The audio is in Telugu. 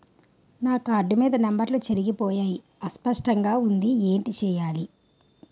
నా కార్డ్ మీద నంబర్లు చెరిగిపోయాయి అస్పష్టంగా వుంది ఏంటి చేయాలి?